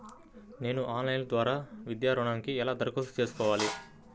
నేను ఆన్లైన్ ద్వారా విద్యా ఋణంకి ఎలా దరఖాస్తు చేసుకోవాలి?